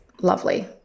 lovely